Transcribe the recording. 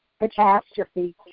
catastrophe